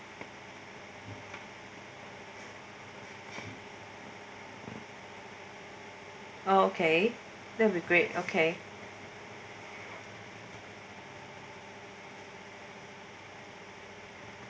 oh okay that will be great okay